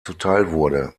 zuteilwurde